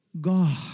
God